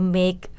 make